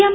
M